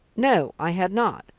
no, i had not.